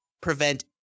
prevent